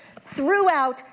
throughout